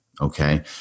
okay